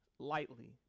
lightly